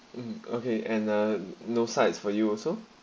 mm okay and uh no sides for you also